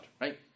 right